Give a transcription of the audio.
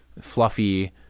fluffy –